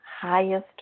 highest